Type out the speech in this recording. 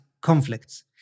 conflicts